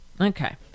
Okay